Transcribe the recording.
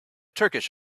turkish